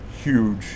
huge